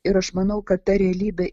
ir aš manau kad ta realybė